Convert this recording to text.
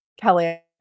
Kelly